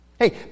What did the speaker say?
Hey